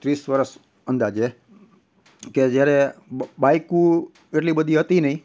ત્રીસ વરસ અંદાજે કે જ્યારે બાઈકુ એટલી બધી હતી નહીં